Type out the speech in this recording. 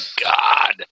god